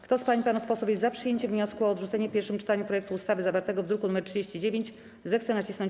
Kto z pań i panów posłów jest za przyjęciem wniosku o odrzucenie w pierwszym czytaniu projektu ustawy zawartego w druku nr 39, zechce nacisnąć